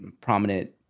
prominent